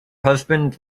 husband